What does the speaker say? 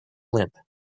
limp